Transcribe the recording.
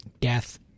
death